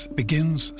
begins